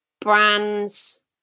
brands